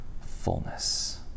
fullness